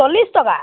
চল্লিছ টকা